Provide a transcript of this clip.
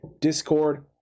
Discord